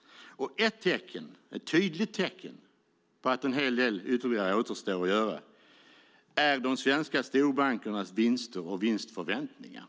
Ett tydligt tecken på att en hel del ytterligare återstår att göra är de svenska storbankernas vinster och vinstförväntningar.